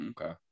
Okay